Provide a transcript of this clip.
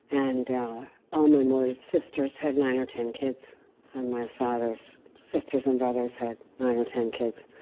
and all my mother's sisters had nine or ten kids, and my father's sisters and brothers had nine or ten kids.